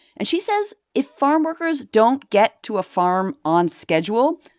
and she says if farmworkers don't get to a farm on schedule,